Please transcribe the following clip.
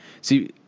See